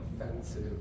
offensive